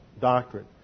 doctrine